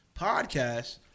podcast